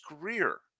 career